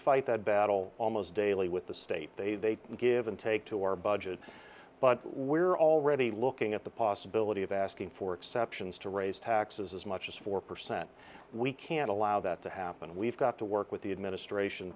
fight that battle almost daily with the state they give and take to our budget but we're already looking at the possibility of asking for exceptions to raise taxes as much as four percent we can't allow that to happen and we've got to work with the administration